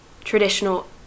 traditional